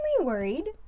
worried